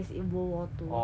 orh oh ya